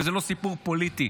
וזה לא סיפור פוליטי,